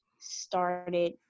started